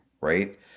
Right